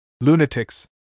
Lunatics